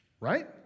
Right